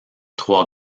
trois